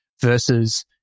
versus